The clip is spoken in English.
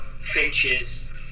finches